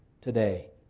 today